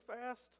fast